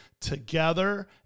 together